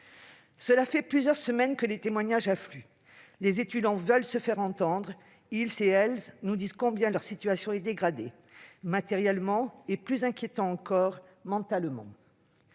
Cela fait plusieurs semaines que les témoignages affluent. Les étudiants et les étudiantes veulent se faire entendre et nous disent combien leur situation s'est dégradée matériellement et, plus inquiétant encore, mentalement.